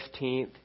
15th